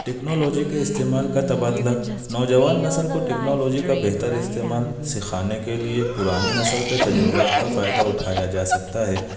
technology کے استعمال کا تبادلہ نوجوان نسل کو ٹیکنالوجی کا بہتر استعمال سیکھانے کے لیے پرانی نسل کے تجربات کا فائدہ اٹھایا جا سکتا ہے